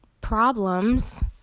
problems